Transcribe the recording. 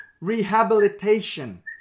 rehabilitation